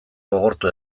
gogortu